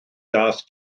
daeth